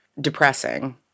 depressing